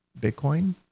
Bitcoin